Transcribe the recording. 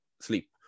sleep